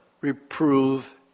reprove